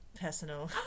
personal